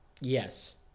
Yes